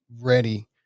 ready